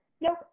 nope